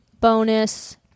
bonus